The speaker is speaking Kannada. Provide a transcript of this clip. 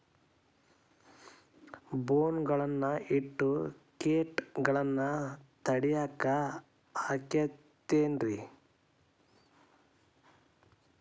ಬೋನ್ ಗಳನ್ನ ಇಟ್ಟ ಕೇಟಗಳನ್ನು ತಡಿಯಾಕ್ ಆಕ್ಕೇತೇನ್ರಿ?